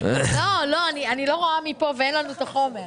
לא רואה מפה ואין לנו את החומר.